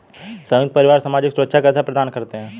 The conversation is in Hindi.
संयुक्त परिवार सामाजिक सुरक्षा कैसे प्रदान करते हैं?